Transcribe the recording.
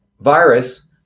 virus